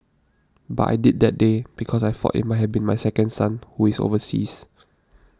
but I did that day because I thought it might have been my second son who is overseas